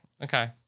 Okay